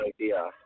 idea